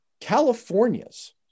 California's